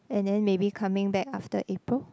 and then maybe coming back after April